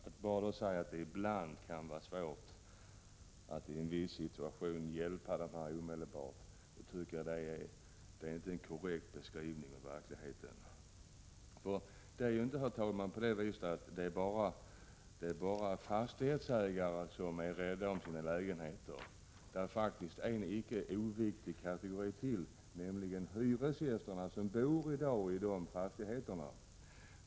Att då säga att det ibland kan vara svårt att hjälpa sådana personer omedelbart tycker jag inte är att ge en korrekt beskrivning av verkligheten. Det är ju inte bara fastighetsägare som är rädda om sina lägenheter. Det finns faktiskt en icke oviktig kategori till, nämligen hyresgästerna som bor i fastigheterna.